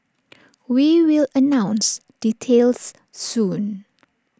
we will announce details soon